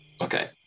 Okay